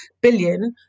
billion